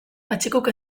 patxikuk